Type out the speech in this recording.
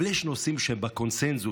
אבל יש נושאים שבקונסנזוס,